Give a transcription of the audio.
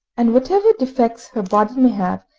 and whatever defects her body may have,